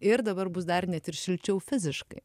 ir dabar bus dar net ir šilčiau fiziškai